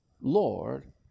Lord